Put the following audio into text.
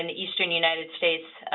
and eastern united states,